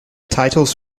titles